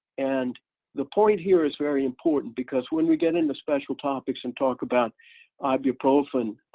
and the point here is very important because when we get into special topics and talk about ibuprofen